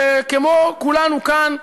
וכמו כולנו כאן,